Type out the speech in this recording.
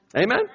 Amen